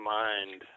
mind